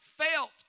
Felt